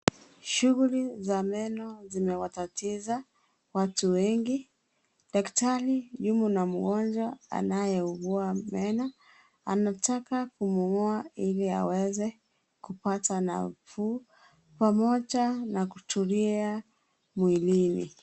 Shughuli za meno zinawatatiza watu wengi daktari yumo na mgonjwa anayeugua meno, anataka kumngoa ili aweze kupata nafuu pamoja na kutulia mwilini.